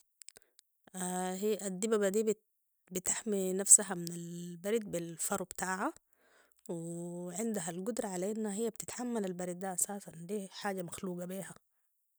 هي الدببه دي بتحمي نفسها من البرد بالفرو بتاعا وعندها القدره علي انها هي بتتحمل البرد ده اساساً دي حاجه مخلوقه بيها